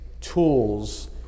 tools